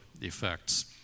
effects